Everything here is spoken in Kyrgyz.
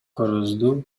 корозду